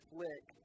Flick